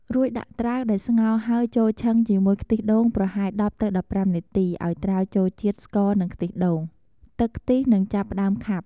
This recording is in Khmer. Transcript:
រួច ដាក់ត្រាវដែលស្ងោរហើយចូលឆឹងជាមួយខ្ទិះដូងប្រហែល ១០ ទៅ១៥ នាទីឱ្យត្រាវចូលជាតិស្ករនិងខ្ទិះដូង។ ទឹកខ្ទិះនឹងចាប់ផ្ដើមខាប់។